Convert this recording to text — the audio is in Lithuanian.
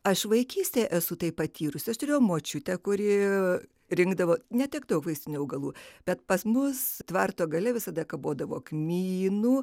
aš vaikystėje esu tai patyrusi aš turėjau močiutę kuri rinkdavo ne tik daug vaistinių augalų bet pas mus tvarto gale visada kabodavo kmynų